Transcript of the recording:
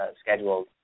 scheduled